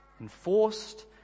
enforced